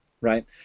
right